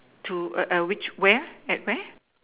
to err err which where at where